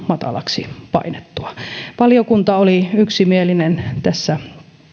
matalaksi painettua valiokunta oli yksimielinen tässä